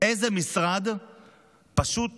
איזה משרד פשוט